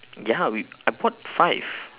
ya we I bought five